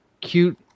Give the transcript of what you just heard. cute